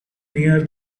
near